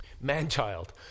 Man-child